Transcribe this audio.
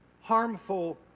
harmful